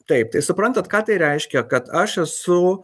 taip tai suprantat ką tai reiškia kad aš esu